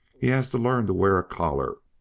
he has to learn to wear a collar,